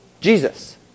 Jesus